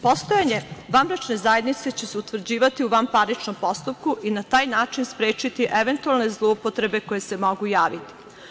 Postojanje vanbračne zajednice će se utvrđivati u vanparničnom postupku i na taj način sprečiti eventualne zloupotrebe koje se mogu javiti.